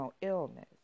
illness